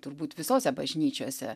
turbūt visose bažnyčiose